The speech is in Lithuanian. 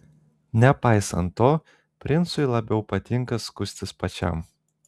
nepaisant to princui labiau patinka skustis pačiam